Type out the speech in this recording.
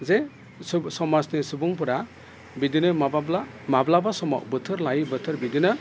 जे समाजनि सुबुंफोरा बिदिनो माब्लाबा समाव बोथोर लायै बोथोर बिदिनो